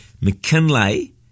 McKinley